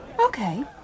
Okay